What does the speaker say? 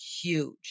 huge